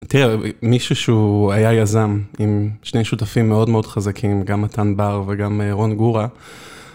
תראה, מישהו שהוא היה יזם עם שני שותפים מאוד מאוד חזקים, גם מתן בר וגם רון גורה,